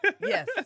Yes